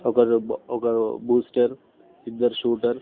ఒకరు ఒకరు బూస్టర్ ఇద్దరు షూటర్స్